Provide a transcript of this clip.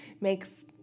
makes